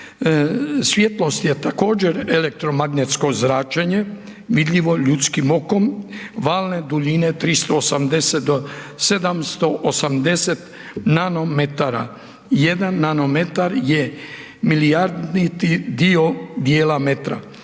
svjetlost je također elektromagnetsko zračenje vidljivo ljudskim okom, valne duljine 380 do 780 nano metara. Jedan nano metar je milijaditi dio djela metra.